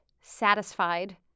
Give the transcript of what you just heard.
satisfied